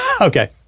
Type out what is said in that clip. Okay